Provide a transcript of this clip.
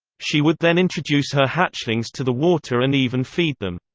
she would then introduce her hatchlings to the water and even feed them.